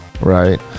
right